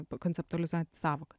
konceptualizuojanti sąvoka